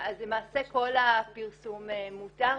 אז למעשה כל הפרסום מותר.